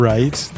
Right